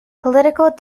political